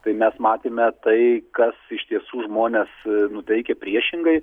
tai mes matėme tai kas iš tiesų žmones nuteikia priešingai